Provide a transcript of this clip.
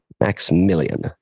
Maximilian